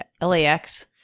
LAX